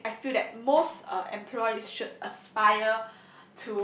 I I feel that most uh employees should aspire